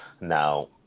Now